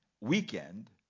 weekend